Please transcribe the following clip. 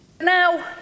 Now